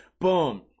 Boom